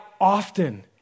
often